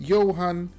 Johan